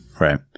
right